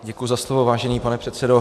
Děkuji za slovo, vážený pane předsedo.